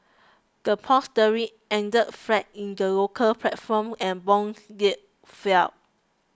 the pound sterling ended flat in the local platform and bond yields fell